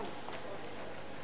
לוועדת החינוך,